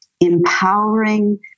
empowering